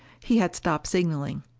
he had stopped signaling.